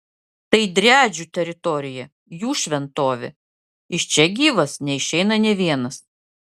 tai driadžių teritorija jų šventovė iš čia gyvas neišeina nė vienas